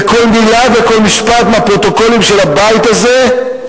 וכל מלה וכל משפט מהפרוטוקולים של הבית הזה,